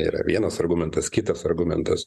yra vienas argumentas kitas argumentas